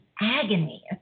agony